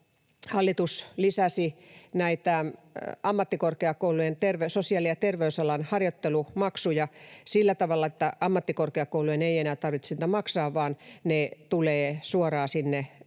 hallitus lisäsi näitä ammattikorkeakoulujen sosiaali- ja terveysalan harjoittelumaksuja sillä tavalla, että ammattikorkeakoulujen ei enää tarvitsisi niitä maksaa, vaan ne harjoittelumaksut